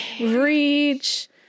Reach